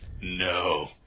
No